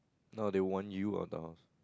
now they want you out of the house